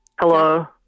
Hello